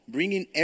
bringing